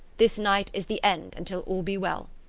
this night is the end until all be well.